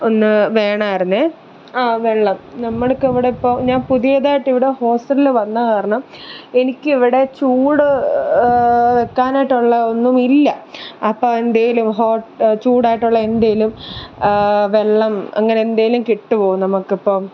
ഒന്ന് വേണമായിരുന്നു ആ വെള്ളം നമ്മൾക്ക് ഇവിടെ ഇപ്പം ഞാന് പുതിയതായിട്ട് ഇവിടെ ഹോസ്റ്റലിൽ വന്ന കാരണം എനിക്കിവിടെ ചൂട് വെക്കാനായിട്ടുള്ള ഒന്നുമില്ല അപ്പം എന്തെങ്കിലും ചൂടായിട്ടുള്ള എന്തെങ്കിലും വെള്ളം അങ്ങനെയെന്തെങ്കിലും കിട്ടുമോ നമുക്കിപ്പം